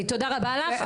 תודה רבה לך.